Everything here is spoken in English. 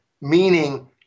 meaning